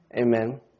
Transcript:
Amen